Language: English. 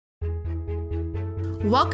Welcome